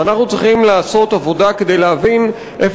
ואנחנו צריכים לעשות עבודה כדי להבין איפה